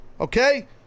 Okay